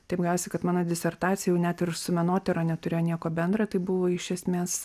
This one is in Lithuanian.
taip gavosi kad mano disertacija jau net ir su menotyra neturėjo nieko bendra tai buvo iš esmės